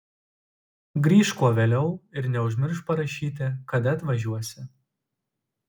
grįžk kuo vėliau ir neužmiršk parašyti kada atvažiuosi